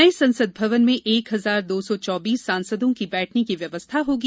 नये संसद भवन में एक हजार दौ सौ चौबीस सांसदों की बैठक व्यवस्था होगी